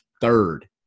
third